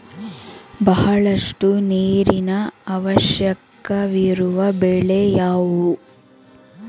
ಬಹಳಷ್ಟು ನೀರಿನ ಅವಶ್ಯಕವಿರುವ ಬೆಳೆ ಯಾವುವು?